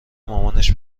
مامانش